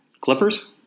Clippers